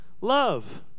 love